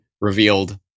revealed